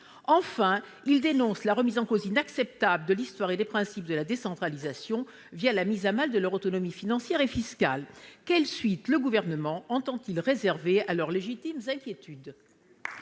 Enfin, ils dénoncent la remise en cause inacceptable de l'histoire et des principes de la décentralisation la mise à mal de leur autonomie financière et fiscale. Quelle suite le Gouvernement entend-il réserver à leurs légitimes inquiétudes ?